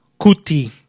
Kuti